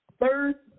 Third